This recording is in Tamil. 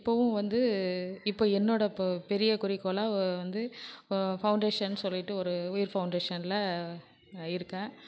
இப்போவும் வந்து இப்போ என்னோட இப்போ பெரிய குறிக்கோளாக வ வந்து ஃபவுண்டேஷன் சொல்லிவிட்டு ஒரு உயிர் ஃபவுண்டேஷனில் இருக்கேன்